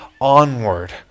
onward